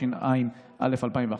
התשע"א 2011,